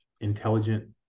intelligent